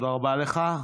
תודה רבה לך.